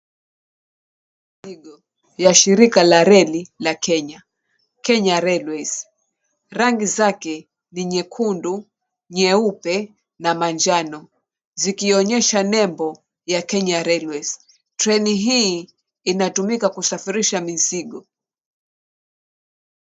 Ya shirika la reli ya Kenya, Kenya railways. Rangi zake ni nyekundu, nyeupe na manjano, zikionyesha nembo ya Kenya Railways. Treni hii inatumika kusafirisha mizigo.